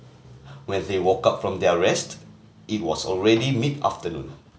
when they woke up from their rest it was already mid afternoon